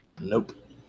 Nope